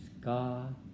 God